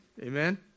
Amen